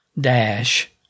dash